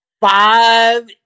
Five